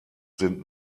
sind